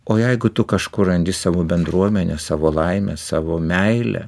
o jeigu tu kažkur randi savo bendruomenę savo laimę savo meilę